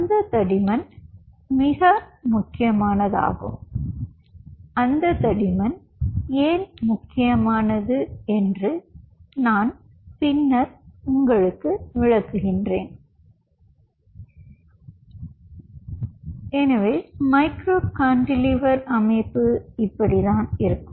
அந்த தடிமன் மிகவும் முக்கியமானது அந்த தடிமன் ஏன் முக்கியமானது என்று நான் பின்னர் விளக்குகிறேன் எனவே மைக்ரோ கான்டிலீவர் அமைப்பு இப்படித்தான் இருக்கும்